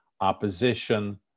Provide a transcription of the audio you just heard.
opposition